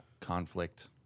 conflict